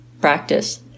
practice